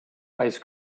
ice